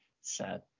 Sad